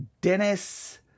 Dennis